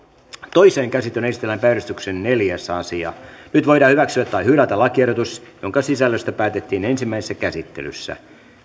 toiseen käsittelyyn esitellään päiväjärjestyksen neljäs asia nyt voidaan hyväksyä tai hylätä lakiehdotus jonka sisällöstä päätettiin ensimmäisessä käsittelyssä